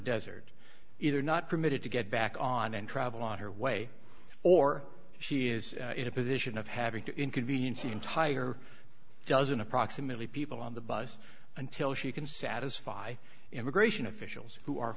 desert either not permitted to get back on and travel on her way or she is in a position of having to inconvenience the entire dozen approximately people on the bus until she can satisfy immigration officials who are